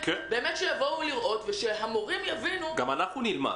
שיבואו לראות ושהמורים יבינו --- גם אנחנו נלמד.